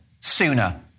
Sooner